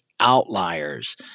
outliers